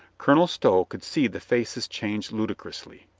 colonel stow could see the faces change ludicrously.